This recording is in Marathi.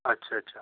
अच्छा अच्छा